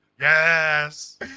Yes